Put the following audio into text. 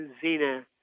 Zena